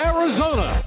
Arizona